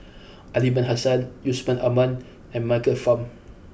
Aliman Hassan Yusman Aman and Michael Fam